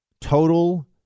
Total